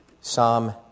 Psalm